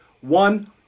one